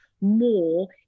more